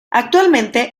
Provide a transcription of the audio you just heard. actualmente